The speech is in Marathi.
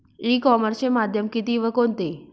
ई कॉमर्सचे माध्यम किती व कोणते?